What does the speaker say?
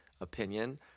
opinion